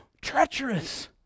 treacherous